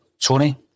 Tony